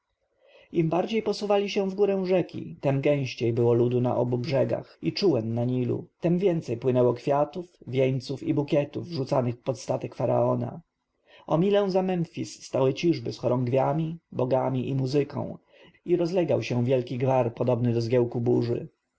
im bardziej posuwali się wgórę rzeki tem gęściej było ludu na obu brzegach i czółen na nilu tem więcej płynęło kwiatów wieńców i bukietów rzucanych pod statek faraona o milę za memfisem stały ciżby z chorągwiami bogami i muzyką i rozlegał się wielki gwar podobny do zgiełku burzy